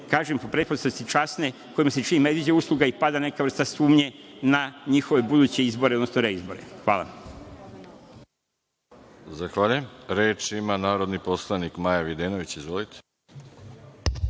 kažem, po pretpostavci, časne, kojima se čini medveđa usluga i pada neka vrsta sumnje na njihove buduće izbore, odnosno reizbore. Hvala. **Veroljub Arsić** Zahvaljujem. Reč ima narodni poslanik Maja Videnović. Izvolite.